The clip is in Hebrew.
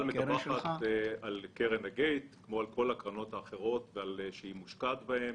כלל מדווחת על קרן אגייט כמו על כל הקרנות האחרות שהיא מושקעת בהן.